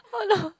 oh no